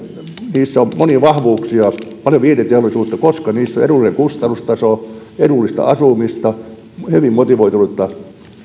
niissä on monia vahvuuksia paljon vientiteollisuutta koska niissä on edullinen kustannustaso edullista asumista hyvin motivoitunutta